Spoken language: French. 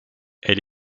elle